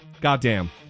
goddamn